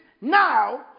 now